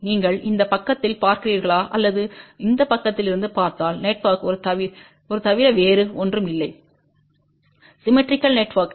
நீங்கள் இந்த பக்கத்தில் பார்க்கிறீர்களா அல்லது இந்த பக்கத்திலிருந்து பார்த்தால் நெட்வொர்க் ஒரு தவிர வேறு ஒன்றும் இல்லை சிம்மெட்ரிக்கல்ர் நெட்வொர்க்